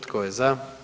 Tko je za?